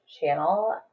channel